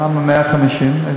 למה 150?